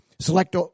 Select